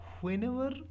whenever